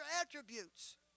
attributes